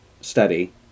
study